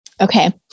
Okay